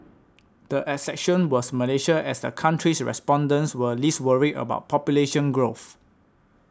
the exception was Malaysia as the country's respondents were least worried about population growth